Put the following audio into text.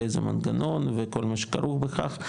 באיזה מנגנון וכל מה שכרוך בכך,